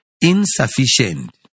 insufficient